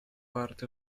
part